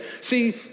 See